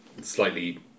slightly